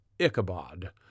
Ichabod